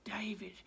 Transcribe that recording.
David